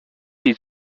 les